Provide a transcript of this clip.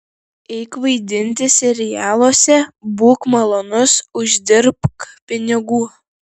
eik vaidinti serialuose būk malonus uždirbk pinigų